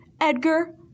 Edgar